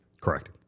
Correct